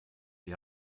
die